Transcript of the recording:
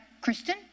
kristen